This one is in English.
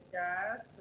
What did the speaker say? guys